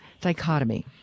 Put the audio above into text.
dichotomy